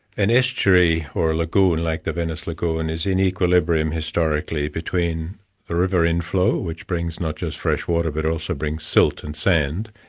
an estuary or a lagoon, like the venice lagoon, is in equilibrium historically between a river inflow, which brings not just fresh water but also brings silt and sand,